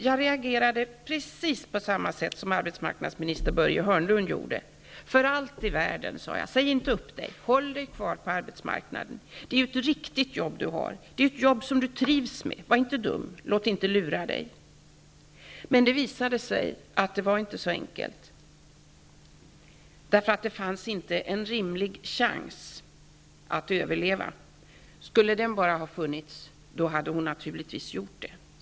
Jag reagerade på precis samma sätt som arbetsmarknadsminister Börje Hörnlund gjorde: För allt i världen, sade jag, säg inte upp dig! Håll dig kvar på arbetsmarknaden. Det är ju ett riktigt jobb du har, det är ju ett jobb som du trivs med. Var inte dum -- låt inte lura dig! Men det visade sig att det inte var så enkelt -- hon hade inte en rimlig chans att överleva ekonomiskt. Hade hon bara haft det skulle hon naturligtvis inte ha sagt upp sig.